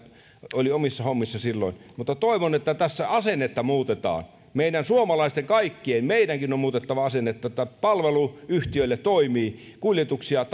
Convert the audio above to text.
oli omissa hommissaan silloin mutta toivon että tässä asennetta muutetaan meidän kaikkien suomalaisten meidänkin on muutettava asennetta että palvelu yhtiöille toimii kuljetuksia